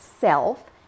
self